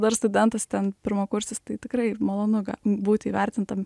dar studentas ten pirmakursis tai tikrai malonu būti įvertintam